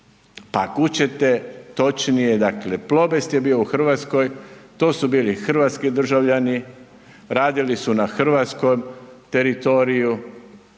Pa kud ćete točnije, dakle Plobest je bio u RH, to su bili hrvatski državljani, radili su na hrvatskom teritoriju